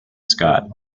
scott